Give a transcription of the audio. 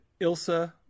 Ilsa